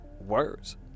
words